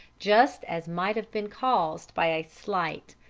just as might have been caused by slight,